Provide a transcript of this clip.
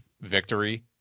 victory